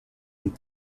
and